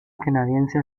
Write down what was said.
canadiense